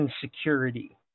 security